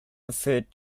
referred